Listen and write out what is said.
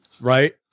right